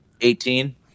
Eighteen